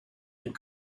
and